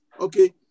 okay